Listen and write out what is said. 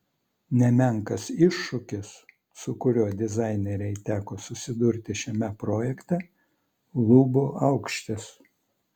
nemenkas iššūkis su kuriuo dizainerei teko susidurti šiame projekte lubų aukštis